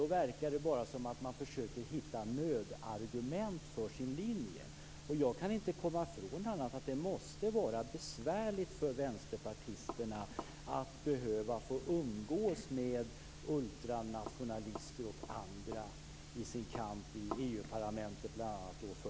Det verkar bara som om man försöker hitta nödargument för sin linje. Jag kan inte komma ifrån att det måste vara besvärligt för vänsterpartisterna att i EU-parlamentet behöva umgås med ultranationalister och andra i sin kamp för utträde.